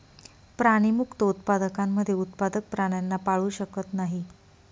प्राणीमुक्त उत्पादकांमध्ये उत्पादक प्राण्यांना पाळू शकत नाही